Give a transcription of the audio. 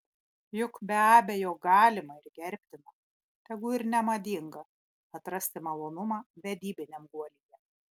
juk be abejo galima ir gerbtina tegu ir nemadinga atrasti malonumą vedybiniam guolyje